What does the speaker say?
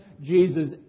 Jesus